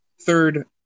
third